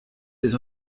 des